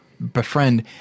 befriend